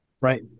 right